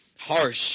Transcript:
Harsh